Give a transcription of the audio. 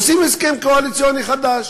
עושים הסכם קואליציוני חדש,